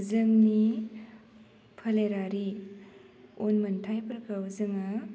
जोंनि फोलेरारि उनमोन्थाइफोरखौ जोङो